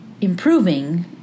improving